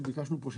שביקשנו פה,